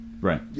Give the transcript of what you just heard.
Right